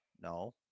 No